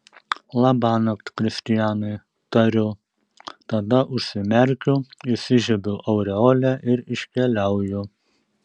labanakt kristianai tariu tada užsimerkiu įsižiebiu aureolę ir iškeliauju